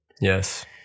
Yes